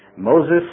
Moses